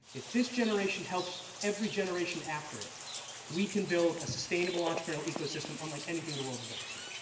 if this generation helps every generation after it we can build a sustainable entrepreneurial ecosystem unlike anything the world has ever seen.